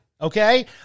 okay